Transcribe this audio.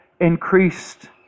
increased